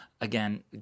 Again